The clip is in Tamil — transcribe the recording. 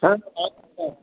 ஆ